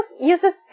uses